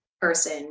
person